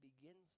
begins